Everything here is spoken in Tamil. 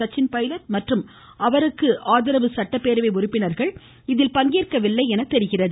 சச்சின் பைலட் மற்றும் அவரது ஆதரவு சட்டப்பேரவை உறுப்பினர்கள் இதில் பங்கேற்கவில்லை என தெரிகிறது